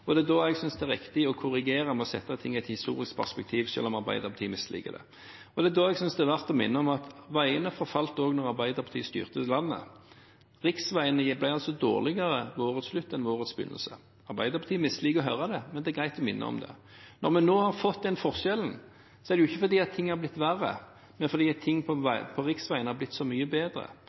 Og det er da jeg synes det er verdt å minne om at veiene forfalt også da Arbeiderpartiet styrte landet. Riksveiene var dårligere ved årets slutt enn ved årets begynnelse. Arbeiderpartiet misliker å høre det, men det er greit å minne om det. Når vi nå har fått den forskjellen, er det ikke fordi ting har blitt verre, men fordi riksveiene er blitt så mye bedre